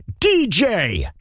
DJ